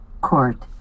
court